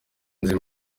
nzima